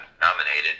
nominated